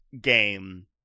game